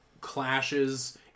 clashes